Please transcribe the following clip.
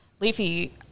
Leafy